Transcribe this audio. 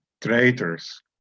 traitors